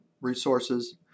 resources